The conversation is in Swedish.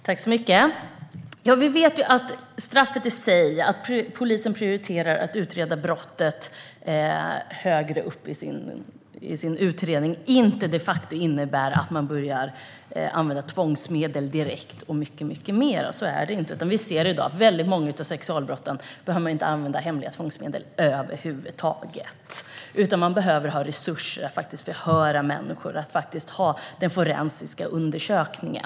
Herr talman! Vi vet att straffet i sig och hur polisen prioriterar att utreda brottet inte innebär att man direkt börjar att använda tvångsmedel och andra metoder. Så är det inte. Vad gäller många sexualbrott behöver man inte använda hemliga tvångsmedel över huvud taget, utan man behöver resurser för att förhöra människor och utföra forensiska undersökningar.